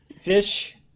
fish